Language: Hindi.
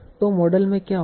तो मॉडल में क्या होगा